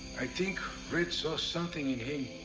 i think red saw something in him.